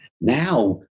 Now